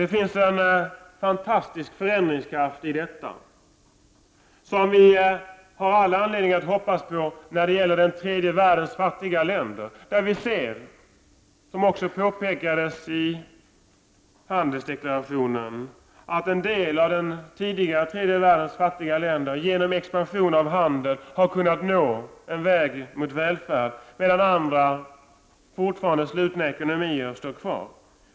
Det finns en fantastisk förändringskraft i detta som vi har all anledning att hoppas på när det gäller den tredje världens fattiga länder. Vi ser där, som också påtalades i handelsdeklarationen, att en del av den tidigare tredje världens fattiga länder genom expansion av handeln har kunnat nå en väg mot välfärd, medan andra med fortfarande slutna ekonomier står kvar.